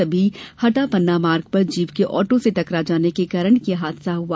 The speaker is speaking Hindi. तभी हटा पन्ना मार्ग पर जीप के आटो से टंकरा जाने के कारण यह हादसा हुआ